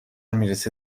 میرسه